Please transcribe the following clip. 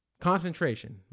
Concentration